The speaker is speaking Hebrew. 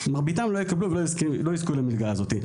מרביתם לא יקבלו ולא יזכו למלגה הזאת.